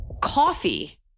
coffee